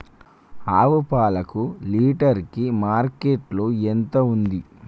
ఆవు పాలకు లీటర్ కి మార్కెట్ లో ఎంత ఉంది?